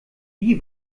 wie